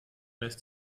lässt